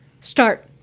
start